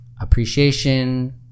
appreciation